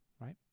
right